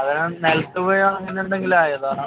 നിലത്ത് പോയതോ അങ്ങനെ എന്തെങ്കിലും ആയതാണോ